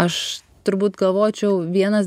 aš turbūt galvočiau vienas